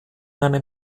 einem